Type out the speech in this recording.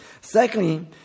Secondly